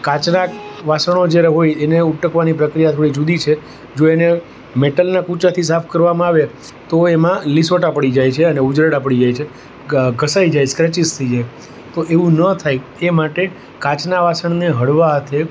કાચનાં વાસણો જયારે હોય એને ઉટકવાની પ્રક્રિયા થોડી જુદી છે જો એને મેટલના કૂચાથી સાફ કરવામાં આવે તો એમાં લિસોટા પડી જાય છે અને ઉઝરડા પડી જાય છે ઘસાઈ જાય સ્ક્રેચીસ થઈ જાય તો એવું ન થાય એ માટે કાચનાં વાસણને હળવા હાથે